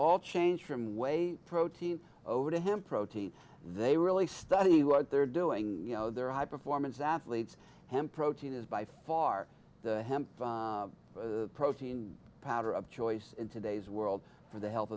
all change from way protein over to him protein they really study what they're doing you know their high performance athletes have protein is by far the hemp protein powder of choice in today's world for the health